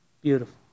Beautiful